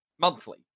monthly